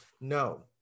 no